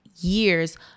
years